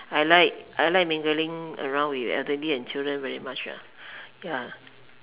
I like I like mingling around with elderly and children very much ah ya